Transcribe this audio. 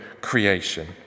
creation